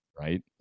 right